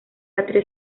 atrio